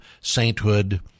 sainthood